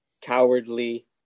cowardly